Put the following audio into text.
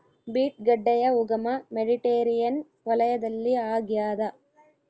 beet ಗಡ್ಡೆಯ ಉಗಮ Mediterranean ವಲಯದಲ್ಲಿ ಆಗ್ಯಾದ